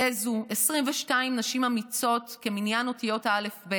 העזו 22 נשים אמיצות, כמניין אותיות הא"ב,